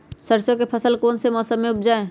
सरसों की फसल कौन से मौसम में उपजाए?